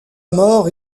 mort